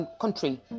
country